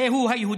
הרי הוא היהודים,